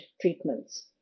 treatments